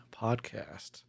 Podcast